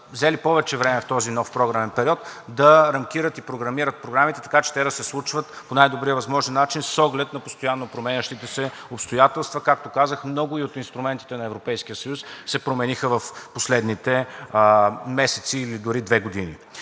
взели повече време в този нов програмен период да рамкират и програмират програмите, така че те да се случват по най-добрия възможен начин, с оглед на постоянно променящите се обстоятелства. Както казах, много от инструментите на Европейския съюз се промениха в последните месеци или дори две години.